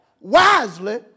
wisely